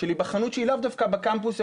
של היבחנות שהיא לאו דווקא בקמפוס,